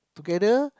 together